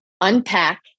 unpack